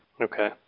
Okay